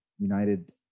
United